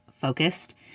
focused